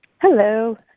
hello